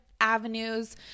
avenues